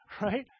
right